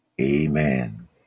Amen